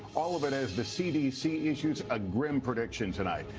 all of it as the cdc issues a grim prediction tonight.